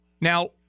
Now